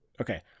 Okay